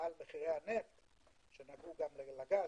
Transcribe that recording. על מחירי הנפט שנגעו גם לגז,